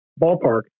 Ballpark